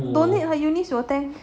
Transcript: don't need lah eunice will attend